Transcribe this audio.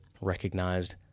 recognized